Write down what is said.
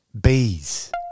bees